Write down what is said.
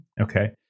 Okay